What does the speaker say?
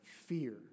fear